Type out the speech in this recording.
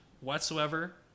whatsoever